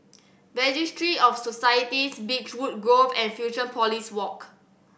Registry of Societies Beechwood Grove and Fusionopolis Walk